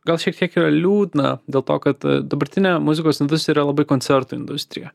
gal šiek tiek yra liūdna dėl to kad dabartinė muzikos industrija yra labai koncertų industrija